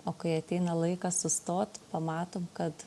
o kai ateina laikas sustot pamatom kad